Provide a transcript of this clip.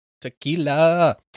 Tequila